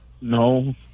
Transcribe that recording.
no